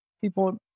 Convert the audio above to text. people